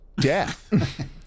death